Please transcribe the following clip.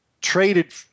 traded